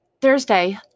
Thursday